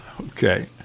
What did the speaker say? Okay